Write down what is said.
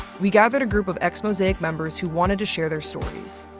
we gathered a group of ex-mosaic members who wanted to share their stories.